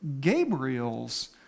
Gabriel's